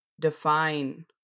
define